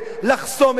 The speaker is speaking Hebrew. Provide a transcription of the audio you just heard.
לחסום את זה.